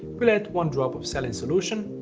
we'll add one drop of saline solution,